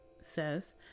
says